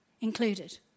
included